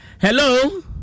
Hello